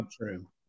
true